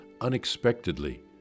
unexpectedly